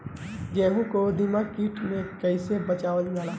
गेहूँ को दिमक किट से कइसे बचावल जाला?